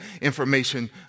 information